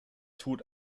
tut